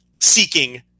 seeking